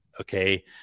Okay